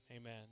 amen